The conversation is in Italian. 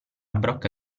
brocca